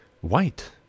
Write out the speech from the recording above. White